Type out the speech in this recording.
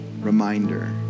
reminder